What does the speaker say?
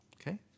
Okay